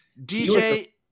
DJ